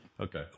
Okay